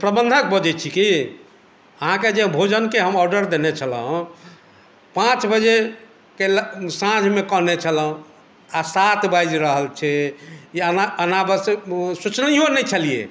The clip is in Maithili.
प्रबन्धक बजैत छी की अहाँकेँ जे भोजनके हम ऑर्डर देने छलहुँ पाँच बजेके साँझमे कहने छलहुँ आ सात बाजि रहल छै ई अनावश्यक ओ सोचनैयो नहि छलियै